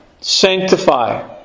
Sanctify